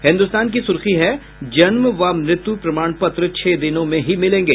हिन्दुस्तान की सुर्खी है जन्म व मृत्यु प्रमाण पत्र छह दिनों में ही मिलेंगे